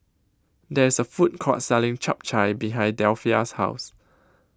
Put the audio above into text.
There IS A Food Court Selling Chap Chai behind Delphia's House